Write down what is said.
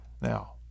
Now